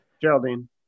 geraldine